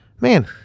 Man